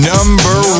Number